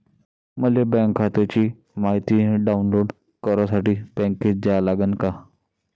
मले बँक खात्याची मायती डाऊनलोड करासाठी बँकेत जा लागन का?